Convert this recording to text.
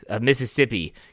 Mississippi